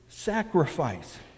sacrifice